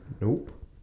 Nope